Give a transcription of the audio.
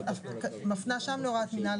אני מפנה שם להוראת מינהל,